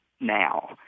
now